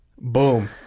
Boom